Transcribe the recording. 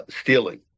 stealing